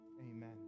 Amen